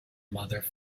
mother